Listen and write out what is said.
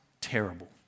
terrible